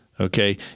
okay